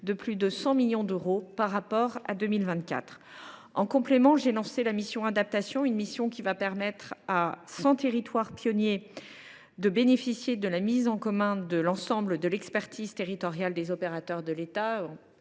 de plus de 100 millions d’euros par rapport à 2024. En complément, j’ai lancé la mission Adaptation, qui permettra à cent territoires pionniers de bénéficier de la mise en commun de l’ensemble de l’expertise territoriale des opérateurs de l’État